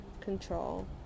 control